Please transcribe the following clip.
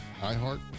iHeart